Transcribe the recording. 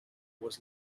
was